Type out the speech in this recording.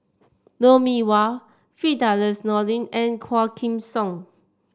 Lou Mee Wah Firdaus Nordin and Quah Kim Song